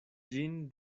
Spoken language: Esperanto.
ĝin